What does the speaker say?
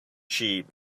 cheap